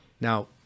Now